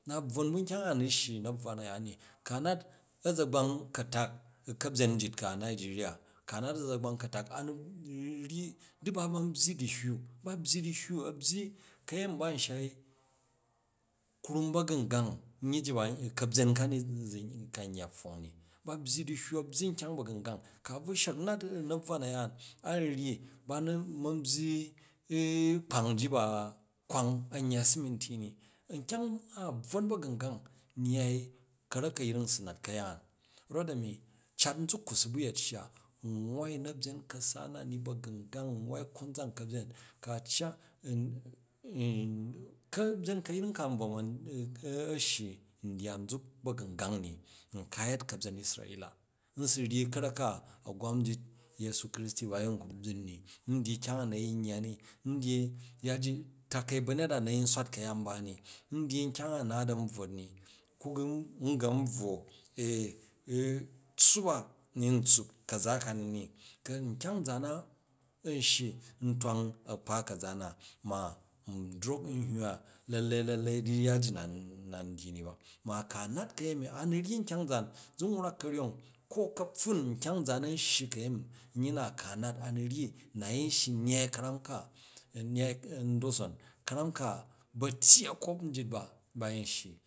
Na bvwon ba nkyang a nu shyi una̱bvwa na̱yaan ni, ku a nat a̱za̱gbang ka̱tak u ka̱byen njit ka nijeriya, ka nat a̱za̱gbang ka̱tak, a nu ryyi, di ba ma̱n byyi du̱hyyu, ha byyi du̱hyyu a̱ byyi, ka̱yemi ba̱n shai krum ba̱gmgang nyyi ji ba, ka̱bnyen kanizun, kan yya pfong ni, ba yyi du̱hyyu byyi krum ba̱gungang, ka a bu hywok u nat u na̱nbvwa na̱yaan, anu ryyi ba ma̱n byyi kpang ji ba kwang a̱n yya sumunti ni, nkyang a bvwon ba̱gumgang nyyai ka̱rak ka̱yring bu nat ka̱yaan, rot a̱mi, cat nzuk ku bnu bu̱ yet shya n nwwai u̱ na̱byen ka̱sa nani ba̱gungang, n nwwai konzan ka̱byen, ka cyang ka̱byen ka̱yring kan bvo ma̱n a shyi ndyya nzuk ba̱gungangni nka a̱ yet ka̱byen israila, zu ba ryyi ka̱rak ka a̱gwam nyit yesu kristi ba yin n ku̱ byin ni, n dyyi kyang a na̱ yin yyani n dyyi yya ji, takai ba̱nyet da na yin swat ka̱yat nba ni, dyyi nkyang a naat an bvwot ni ku gan n gun bvwo tssup bvwo aa, u tsuup a n tsuup ka̱za ka ni ni nkyang nzaan n shyi n twang kpa ka̱za na ma n drok n hywa, lalai wai di yya ji na̱n na̱n dyyi ni ba, ma ku a nat ka̱yemi, a nu ryyi nkyang nzaan zu n wrak ka̱ryong ko ka̱pffun nkyang nzaan a̱n shyi ka̱yeni nyyi na ku a nat a̱ nu ryyi na yin shyi nyaai a̱ndoson ka̱ram ka ba̱tyyi a̱kop njit ba ba yin shyi.